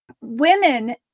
women